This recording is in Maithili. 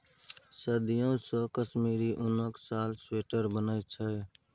सदियों सँ कश्मीरी उनक साल, स्वेटर बनै छै